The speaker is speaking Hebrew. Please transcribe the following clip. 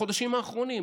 בחודשים האחרונים.